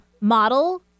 Model